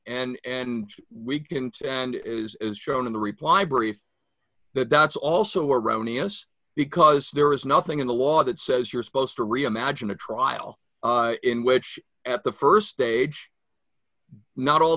m and we can and is as shown in the reply brief that that's also erroneous because there is nothing in the law that says you're supposed to reimagine a trial in which at the st stage not all